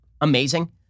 amazing